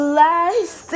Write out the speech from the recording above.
last